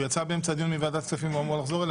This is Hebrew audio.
הוא יצא באמצע דיון מוועדת הכספים והוא אמור לחזור אליה,